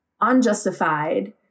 unjustified